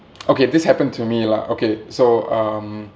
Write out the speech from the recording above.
okay this happened to me lah okay so um